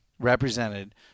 Represented